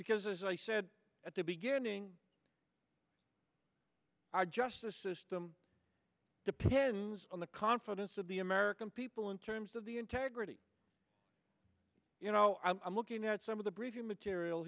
because as i said at the beginning our justice system depends on the confidence of the american people in terms of the integrity you know i'm looking at some of the briefing material